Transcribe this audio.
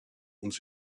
uns